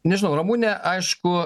nežinau ramunė aišku